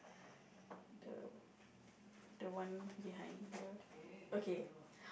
the the one behind here okay